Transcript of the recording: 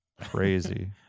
crazy